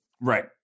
Right